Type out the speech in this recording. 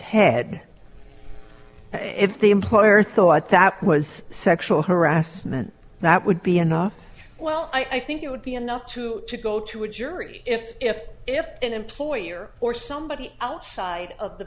head if the employer thought that was sexual harassment that would be enough well i think it would be enough to go to a jury if if if an employer or somebody outside of the